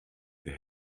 der